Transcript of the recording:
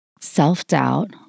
self-doubt